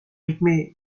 rythmée